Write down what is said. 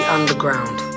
Underground